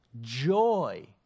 joy